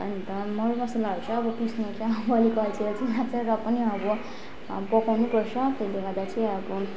अन्त मरमसालाहरू चाहिँ अब पिस्नु चाहिँ अलिक अल्छी अल्छी लाग्छ र पनि अब पकाउनु पर्छ त्यसले गर्दा चाहिँ अब